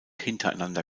hintereinander